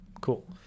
Cool